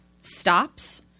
stops